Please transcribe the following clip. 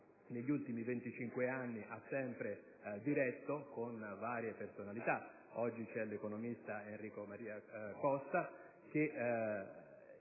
negli ultimi 25 anni ha sempre diretto con varie personalità (oggi c'è l'economista Enrico Maria Costa), che